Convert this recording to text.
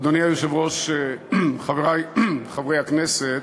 אדוני היושב-ראש, חברי חברי הכנסת,